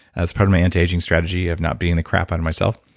as part of my anti-aging strategy of not beating the crap out of myself,